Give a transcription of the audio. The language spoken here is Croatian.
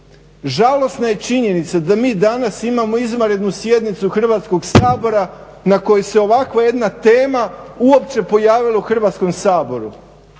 Žalosna je činjenica da mi danas imamo izvanrednu sjednicu Hrvatskog sabora na kojoj se ovakva jedna tema uopće pojavila u Hrvatskom saboru.